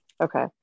Okay